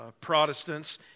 Protestants